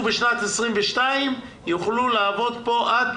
ב-2022 יוכלו לעבוד עד